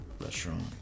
restaurant